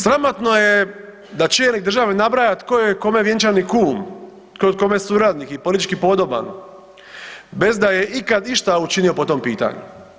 Sramotno je da čelnik države nabraja tko je kome vjenčani kum, tko je kome suradnik i politički podoban bez da je ikad išta učinio po tom pitanju.